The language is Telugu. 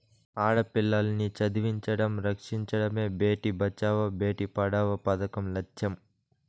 ఆడపిల్లల్ని చదివించడం, రక్షించడమే భేటీ బచావో బేటీ పడావో పదకం లచ్చెం